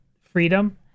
freedom